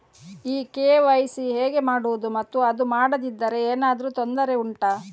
ಈ ಕೆ.ವೈ.ಸಿ ಹೇಗೆ ಮಾಡುವುದು ಮತ್ತು ಅದು ಮಾಡದಿದ್ದರೆ ಏನಾದರೂ ತೊಂದರೆ ಉಂಟಾ